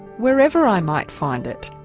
wherever i might find it,